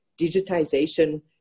digitization